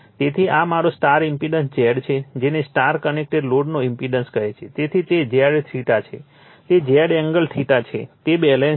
તેથી આ મારો સ્ટાર ઇમ્પિડન્સ Z છે જેને સ્ટાર કનેક્ટેડ લોડનો ઇમ્પિડન્સ કહે છે તેથી તે Z છે તે Z એંગલ છે તે બેલેન્સ છે